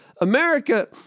America